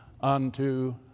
unto